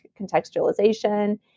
contextualization